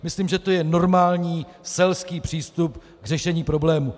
Myslím, že to je normální selský přístup k řešení problému.